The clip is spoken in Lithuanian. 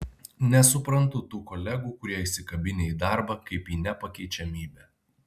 nesuprantu tų kolegų kurie įsikabinę į darbą kaip į nepakeičiamybę